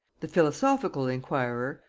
the philosophical inquirer,